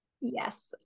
Yes